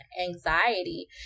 anxiety